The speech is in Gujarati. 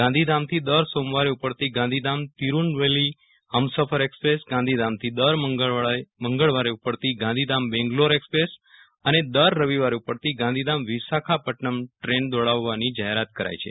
ગાંધીધામથી દર સોમવારે ઉપડતી ગાંધીધામ તિરૂનલવેલી હમસફર એક્સપ્રેસ ગાંધીધામથી દર મંગળવારે ઉપડતી ગાંધીધામ બેંગ્લોર એક્સપ્રેસ અને દર રવિવારે ઉપડતી ગાંધીધામ વિશાખાપટ્ટનમ ટ્રેન દોડાવવાની જાહેરાત કરાઈ છે